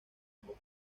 ambos